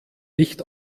nicht